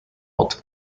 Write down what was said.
ort